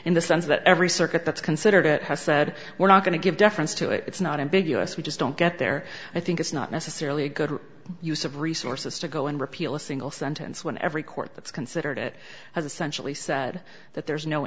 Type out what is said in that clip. in the sense that every circuit that's considered it has said we're not going to give deference to it it's not ambiguous we just don't get there i think it's not necessarily a good use of resources to go and repeal a single sentence when every court that's considered it has essentially said that there's no